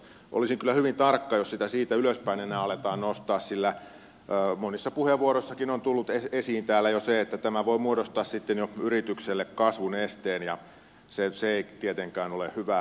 olisin kyllä hyvin tarkka jos sitä siitä ylöspäin enää aletaan nostaa sillä kuten täällä monissa puheenvuoroissakin on tullut jo esiin tämä voi muodostaa sitten jo kasvun esteen yritykselle ja se ei tietenkään ole hyvä asia